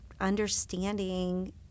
understanding